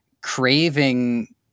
craving